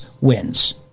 wins